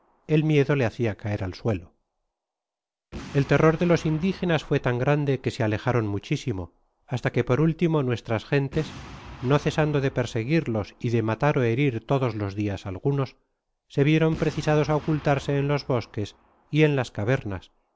el miedo le hacia caer al suelo el terror de los indigenas fué tan grande jque se alejaron muchisimo hasta que por último nuestras gentes no cesando de perseguirlos y de matar ó herir todos los dias algunos se vieron precisados ocultarse en los bosques y en las cavernas